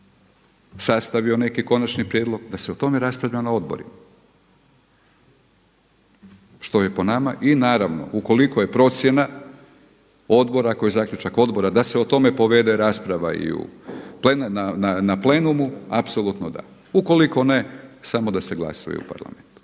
sastavio neki konačni prijedlog da se o tome raspravlja na odborima, što je po nama i naravno ukoliko je procjena odbora koji je zaključak odbora da se o tome povede rasprava na plenumu, apsolutno da, ukoliko ne, samo da se glasuje u parlamentu.